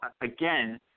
again